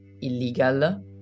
illegal